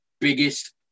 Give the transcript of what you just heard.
biggest